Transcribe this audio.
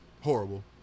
Horrible